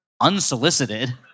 Unsolicited